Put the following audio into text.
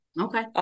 Okay